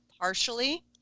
partially